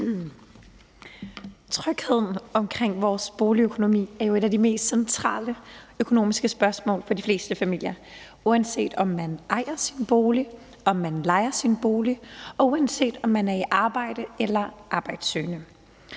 Trygheden omkring vores boligøkonomi er jo et af de mest centrale økonomiske spørgsmål for de fleste familier, uanset om man ejer sin bolig eller man lejer sin bolig, og uanset om man er i arbejde eller er arbejdssøgende.